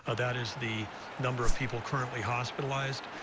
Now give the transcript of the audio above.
ah that is the number of people currently hospitalized.